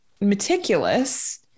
meticulous